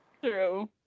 True